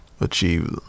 achieve